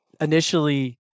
initially